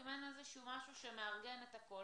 אם אין משהו שמארגן את הכול,